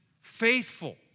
faithful